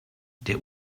der